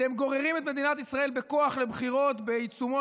אתם גוררים את מדינת ישראל בכוח לבחירות בעיצומו